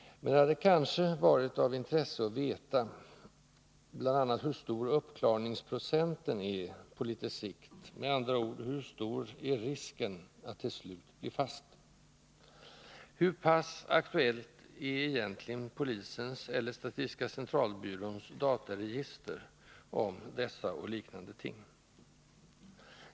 Man det hade kanske varit av intresse att veta bl.a. hur stor uppklaringsprocenten är på litet sikt. Med andra ord: Hur stor är risken att till slut ”bli fast”? Hur pass aktuellt är egentligen polisens — eller statistiska centralbyråns — dataregister över dessa och liknande ting?